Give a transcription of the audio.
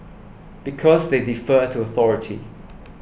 because they defer to a authority